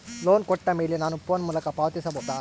Loan ಕೊಟ್ಟ ಮೇಲೆ ನಾನು ಫೋನ್ ಮೂಲಕ ಪಾವತಿಸಬಹುದಾ?